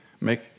make